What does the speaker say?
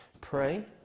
pray